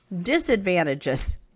Disadvantages